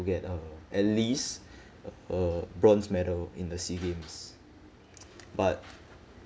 to get a at least a bronze medal in the SEA games but